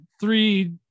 three